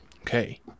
Okay